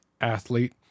athlete